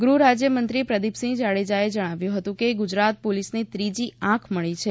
ગૃહ રાજ્યમંત્રી પ્રદીપસિંહ જાડેજાએ જણાવ્યું હતું કે ગુજરાત પોલીસને ત્રીજી આંખ મળી છે